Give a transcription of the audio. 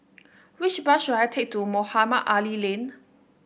which bus should I take to Mohamed Ali Lane